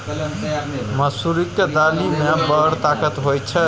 मसुरीक दालि मे बड़ ताकत होए छै